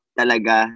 talaga